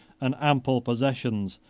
and ample possessions,